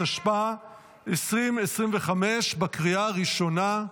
התשפ"ה 2025, בקריאה הראשונה.